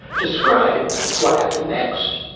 describe what happened next.